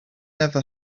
never